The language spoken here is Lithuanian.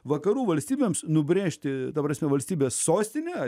vakarų valstybėms nubrėžti dabartinio valstybės sostine